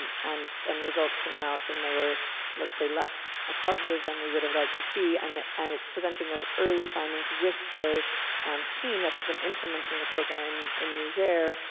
and and results came out, and they were let's say less ah positive than we would have liked to see, and and it's presenting those early findings with the team that has been implementing the program in in niger,